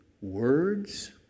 words